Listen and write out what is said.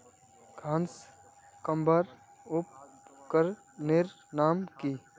घांस कमवार उपकरनेर नाम की?